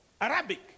Arabic